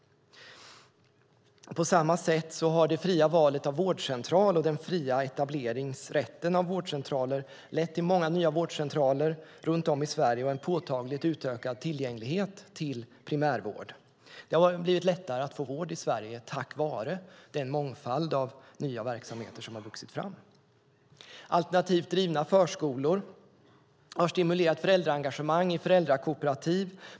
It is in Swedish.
På samma sätt har det fria valet av vårdcentral och den fria etableringen av vårdcentraler lett till många nya vårdcentraler runt om i Sverige och en påtagligt utökad tillgänglighet till primärvård. Det har blivit lättare att få vård i Sverige tack vare den mångfald av nya verksamheter som har vuxit fram. Alternativt drivna förskolor har stimulerat föräldraengagemang i föräldrakooperativ.